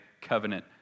covenant